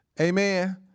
Amen